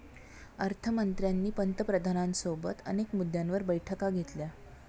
अर्थ मंत्र्यांनी पंतप्रधानांसोबत अनेक मुद्द्यांवर बैठका घेतल्या